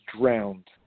drowned